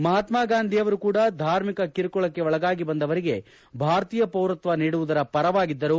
ಮಹಾತ್ನಾ ಗಾಂಧಿ ಅವರು ಕೂಡ ಧಾರ್ಮಿಕ ಕಿರುಕುಳಕ್ಕೆ ಒಳಗಾಗಿ ಬಂದವರಿಗೆ ಭಾರತೀಯ ಪೌರತ್ವ ನೀಡುವುದರ ಪರವಾಗಿದ್ದರು